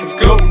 go